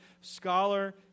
scholar